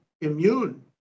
immune